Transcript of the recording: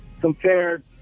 compared